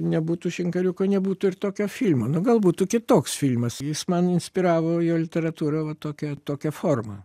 nebūtų šinkariuko nebūtų ir tokio filmo nu gal būtų kitoks filmas jis man inspiravo jo literatūra va tokia tokia forma